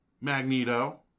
Magneto